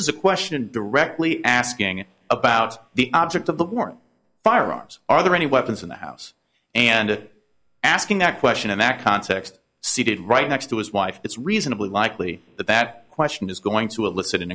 is a question directly asking about the object of the warrant firearms are there any weapons in the house and it asking that question in that context seated right next to his wife it's reasonably likely that that question is going to